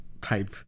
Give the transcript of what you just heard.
type